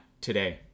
today